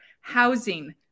housing